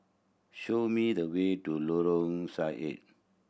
show me the way to Lorong Sarhad